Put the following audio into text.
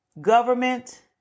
government